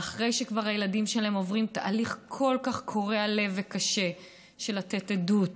ואחרי שהילדים שלהם כבר עוברים תהליך כל כך קורע לב וקשה של להתלונן,